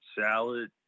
salad